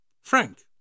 Frank